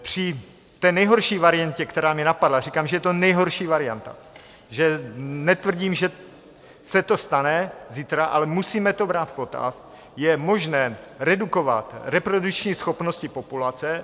Při té nejhorší variantě, která mě napadla říkám, že to je nejhorší varianta, netvrdím, že se to stane zítra, ale musíme to brát v potaz je možné redukovat reprodukční schopnosti populace.